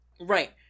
Right